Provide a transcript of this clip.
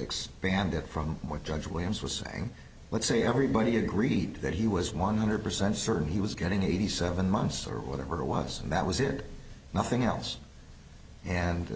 expand it from more judge williams was saying let's see everybody agreed that he was one hundred percent certain he was getting eighty seven months or whatever it was and that was it nothing else and